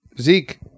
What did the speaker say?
zeke